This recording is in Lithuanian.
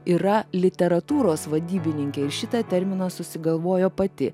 yra literatūros vadybininkė ir šitą terminą susigalvojo pati